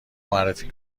معرفی